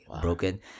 broken